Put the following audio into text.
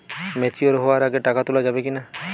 Mature হওয়ার আগে টাকা তোলা যাবে কিনা?